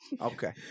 Okay